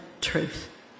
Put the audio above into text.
truth